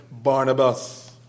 Barnabas